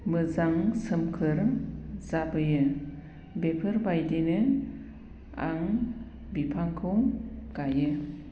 मोजां सोमखोर जाबोयो बेफोरबायदिनो आं बिफांखौ गायो